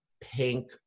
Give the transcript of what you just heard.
pink